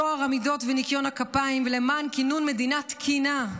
טוהר המידות וניקיון הכפיים למען כינון מדינה תקינה,